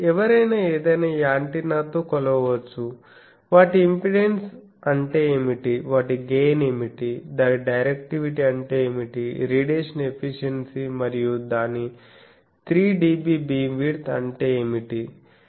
కాబట్టి ఎవరైనా ఏదైనా యాంటెన్నాతో కొలవవచ్చు వాటి ఇంపెడెన్స్ అంటే ఏమిటి వాటి గెయిన్ ఏమిటి దాని డైరెక్టివిటీ అంటే ఏమిటి రేడియేషన్ ఎఫిషియన్సీ మరియు దాని 3dB బీమ్ విడ్త్ అంటే ఏమిటి